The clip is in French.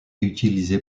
utilisé